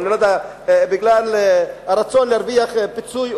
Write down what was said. או בגלל הרצון להרוויח פיצוי,